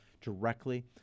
directly